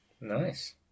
Nice